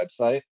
website